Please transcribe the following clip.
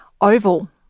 oval